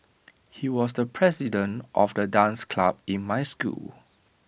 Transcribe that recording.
he was the president of the dance club in my school